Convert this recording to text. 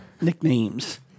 nicknames